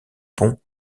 pont